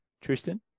Tristan